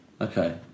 Okay